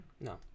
No